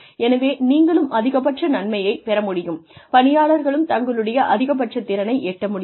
எனவே நீங்களும் அதிகபட்ச நன்மையை பெற முடியும் பணியாளர்களும் தங்களுடைய அதிகபட்ச திறனை எட்ட முடியும்